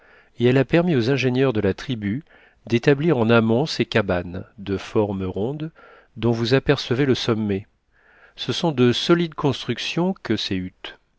et elle a permis aux ingénieurs de la tribu d'établir en amont ces cabanes de forme ronde dont vous apercevez le sommet ce sont de solides constructions que ces